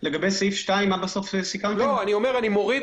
לכל אלה אני רוצה לומר